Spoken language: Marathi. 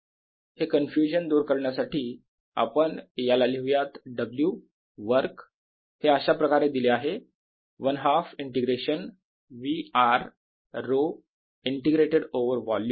हे कन्फ्युजन दूर करण्यासाठी आपणा याला लिहूयात W वर्क हे अशाप्रकारे दिले आहे 1 half integration V r ρ integrated over volume